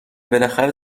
بالاخره